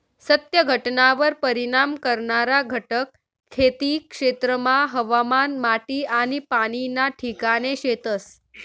सत्य घटनावर परिणाम करणारा घटक खेती क्षेत्रमा हवामान, माटी आनी पाणी ना ठिकाणे शेतस